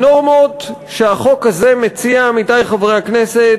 הנורמות שהחוק הזה מציע, עמיתי חברי הכנסת,